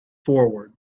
forward